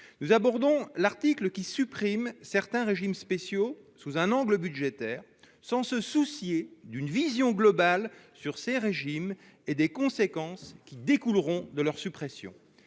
Nous abordons l'article qui supprime certains régimes spéciaux sous un angle budgétaire, sans nous soucier d'une vision globale sur ces régimes et des conséquences qui découleront de leur suppression.